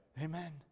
Amen